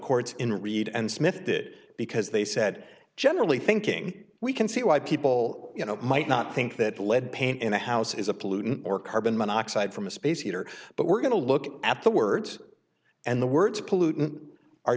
courts in read and smith did because they said generally thinking we can see why people you know might not think that the lead paint in a house is a pollutant or carbon monoxide from a space heater but we're going to look at the words and the words pollutant are